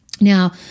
Now